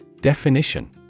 Definition